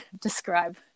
describe